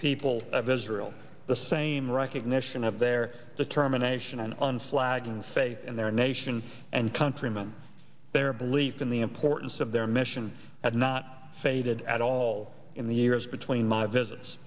people of israel the same recognition of their determination and unflagging faith in their nation and countrymen their belief in the importance of their mission has not faded at all in the years between my visits